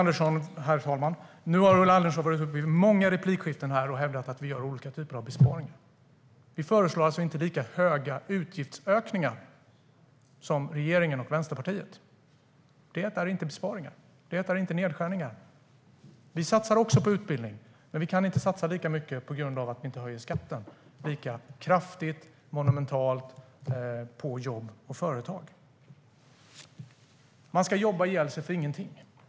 Herr talman! Nu har Ulla Andersson varit uppe i många replikskiften och hävdat att vi gör olika typer av besparingar. Vi föreslår alltså inte lika stora utgiftsökningar som regeringen och Vänsterpartiet. Det är inte besparingar. Det är inte nedskärningar. Vi satsar också på utbildning, men vi kan inte satsa lika mycket på grund av att vi inte höjer skatten lika monumentalt på jobb och företag. Ska man jobba ihjäl sig för ingenting?